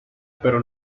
pero